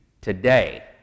today